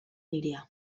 nirea